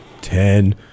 ten